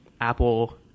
Apple